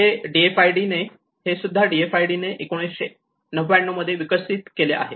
हे तुला DFID ने 1999 मध्ये विकसित केले आहे